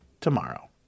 tomorrow